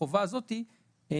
החובה הזאת בחלק